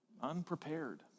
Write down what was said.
unprepared